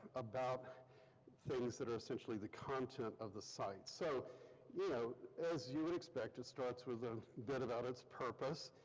about things that are essentially the content of the site. so you know as as you would expect it starts with a bit about its purpose.